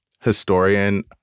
historian